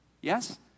Yes